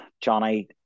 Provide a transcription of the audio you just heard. Johnny